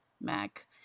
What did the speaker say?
Mac